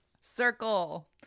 circle